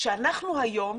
שאנחנו היום